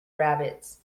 rabbits